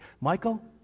Michael